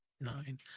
Nine